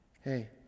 Hey